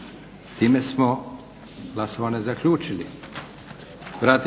Time smo glasovanje zaključili.